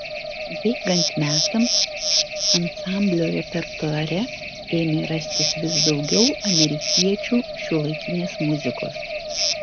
bėgant metams ansamblio repertuare ėmė rastis vis daugiau amerikiečių šiuolaikinės muzikos